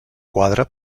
quadre